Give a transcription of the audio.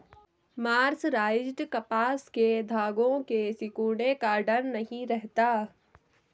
mercerised कपास के धागों के सिकुड़ने का डर नहीं रहता